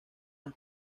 las